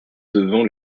devant